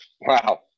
Wow